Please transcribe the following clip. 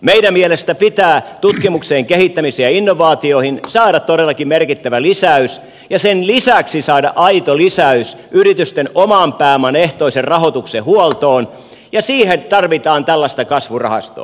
meidän mielestämme pitää tutkimukseen kehittämiseen ja innovaatioihin saada todellakin merkittävä lisäys ja sen lisäksi saada aito lisäys yritysten oman pääoman ehtoisen rahoituksen huoltoon ja siihen tarvitaan tällaista kasvurahastoa